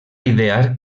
idear